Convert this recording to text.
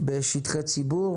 בשטחי הציבור,